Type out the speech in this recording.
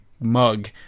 mug